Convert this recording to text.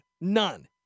none